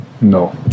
No